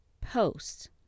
Posts